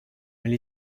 mais